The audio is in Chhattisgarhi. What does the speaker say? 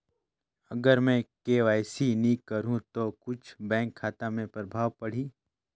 अगर मे के.वाई.सी नी कराहू तो कुछ बैंक खाता मे प्रभाव पढ़ी?